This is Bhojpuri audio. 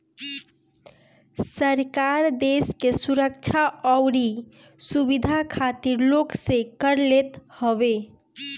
सरकार देस के सुरक्षा अउरी सुविधा खातिर लोग से कर लेत हवे